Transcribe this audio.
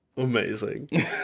amazing